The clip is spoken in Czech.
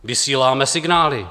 Vysíláme signály.